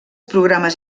programes